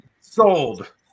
sold